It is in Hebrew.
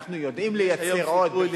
אנחנו יודעים לייצר עוד צמיחה,